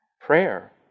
prayer